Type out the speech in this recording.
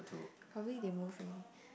probably they move already